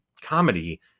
comedy